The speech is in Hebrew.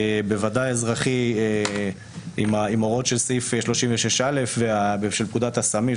בוודאי אזרחי עם הוראות של סעיף 36(א) ושל פקודת הסמים,